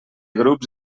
grups